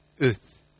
earth